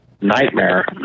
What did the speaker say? nightmare